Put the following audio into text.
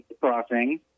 crossing